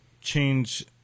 change